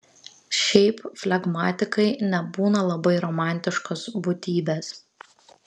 šiaip flegmatikai nebūna labai romantiškos būtybės